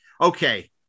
Okay